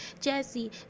Jesse